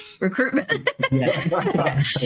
Recruitment